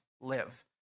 live